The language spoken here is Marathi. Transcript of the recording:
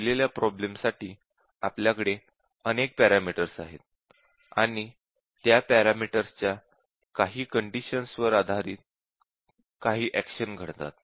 दिलेल्या प्रोब्लेम साठी आपल्याकडे अनेक पॅरामीटर्स आहेत आणि त्या पॅरामीटर्स च्या काही कंडिशन्स वर आधारित काही एक्शन घडतात